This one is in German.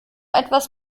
etwas